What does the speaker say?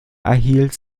erhielt